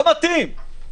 לא מתאים.